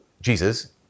Jesus